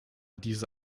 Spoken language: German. diese